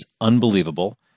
unbelievable